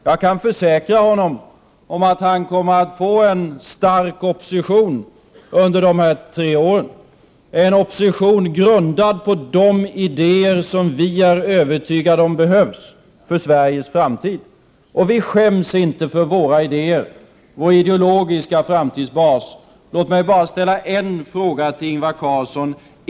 Jag kan försäkra Ingvar Carlsson om att han kommer att få en stark opposition under dessa tre år, en opposition grundad på de idéer som vi är övertygade om behövs för Sveriges framtid. Vi skäms inte för våra idéer och vår ideologiska framtidsbas. Jag vill ställa en fråga till Ingvar Carlsson.